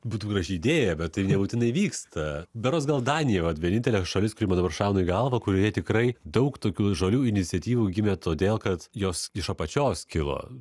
būtų graži idėja bet tai nebūtinai vyksta berods gal danija vat vienintelė šalis kuri man dabar šauna į galvą kurioje tikrai daug tokių žalių iniciatyvų gimė todėl kad jos iš apačios kilo